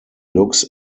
looks